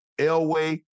Elway